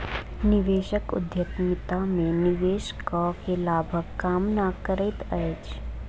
निवेशक उद्यमिता में निवेश कअ के लाभक कामना करैत अछि